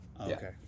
Okay